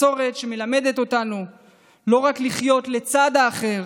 מסורת שמלמדת אותנו לא רק לחיות לצד האחר